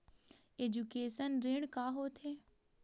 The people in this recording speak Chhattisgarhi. एजुकेशन ऋण का होथे?